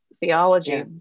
theology